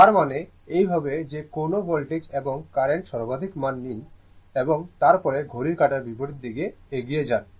তার মানে এইভাবে যে কোনও ভোল্টেজ এবং কার্রেন্টের সর্বাধিক মান নিন এবং তারপরে ঘড়ির কাঁটার বিপরীত দিকে এগিয়ে যান